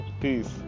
peace